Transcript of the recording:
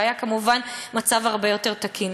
וכמובן המצב היה הרבה יותר תקין.